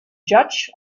judge